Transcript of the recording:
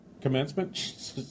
commencement